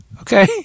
okay